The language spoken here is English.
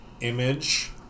image